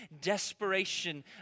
desperation